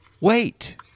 wait